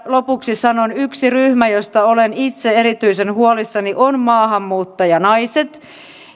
lopuksi sanon yksi ryhmä josta olen itse erityisen huolissani ovat maahanmuuttajanaiset